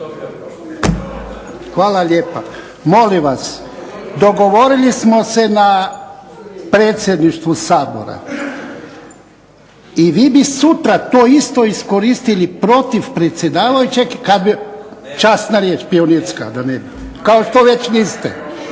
Hvala. Molim vas dogovorili smo se na Predsjedništvu SAbora i vi bi sutra to isto iskoristili protiv predsjedavajućeg. Časna riječ pionirska, kao što već niste.